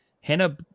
Hannah